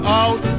out